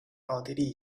奥地利